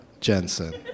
Jensen